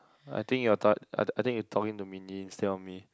I think you are tired I I think you are talking to Min-Yi instead of me